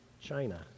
China